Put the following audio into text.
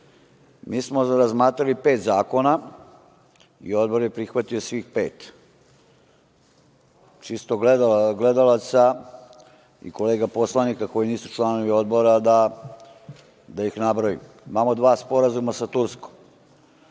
smo razmatrali pet zakona i Odbor je prihvatio svih pet. Čisto zbog gledalaca i kolega poslanika koji nisu članovi Odbora da ih nabrojim. Imamo dva sporazuma sa Turskom.